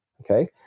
okay